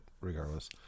regardless